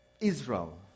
Israel